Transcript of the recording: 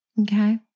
Okay